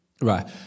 right